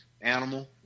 animal